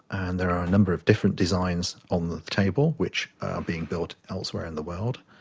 and there are a number of different designs on the table which are being built elsewhere in the world.